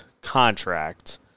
contract